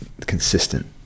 consistent